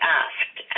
asked